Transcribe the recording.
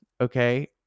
okay